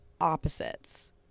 opposites